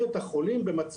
היום בפוריה,